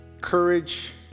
courage